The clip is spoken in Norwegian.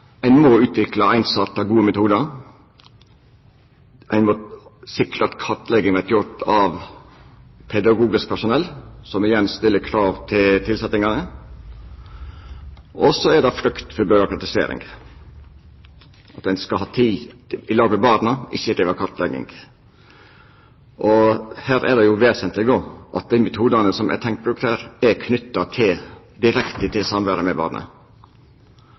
Ein må utvikla einsarta og gode metodar. Ein må sikra at kartlegging vert gjord av pedagogisk personell, som igjen stiller krav til tilsetjingane. Og så er det frykt for byråkratisering. Ein skal ha tid i lag med barna, ikkje driva kartlegging. Her er det vesentleg at dei metodane som er tenkt brukte, er knytte direkte til samværet med